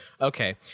Okay